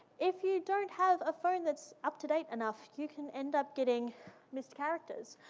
if you don't have a phone that's up to date enough, you can end up getting missed characters,